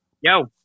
Yo